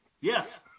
Yes